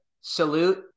salute